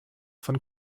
von